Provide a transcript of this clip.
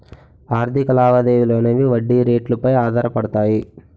ఆర్థిక లావాదేవీలు అనేవి వడ్డీ రేట్లు పై ఆధారపడతాయి